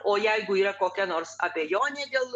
o jeigu yra kokia nors abejonė dėl